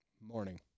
morning